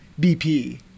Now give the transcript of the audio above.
BP